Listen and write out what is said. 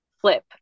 flip